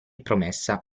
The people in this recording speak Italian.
promessa